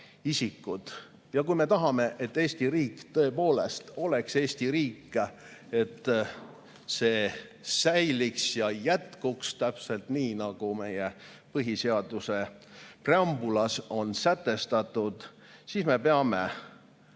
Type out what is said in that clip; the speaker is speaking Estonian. Kui me tahame, et Eesti riik tõepoolest oleks Eesti riik, et see säiliks ja jätkuks täpselt nii, nagu meie põhiseaduse preambulis on sätestatud, siis me peame